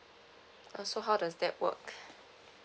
uh so how does that work